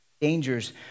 dangers